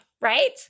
Right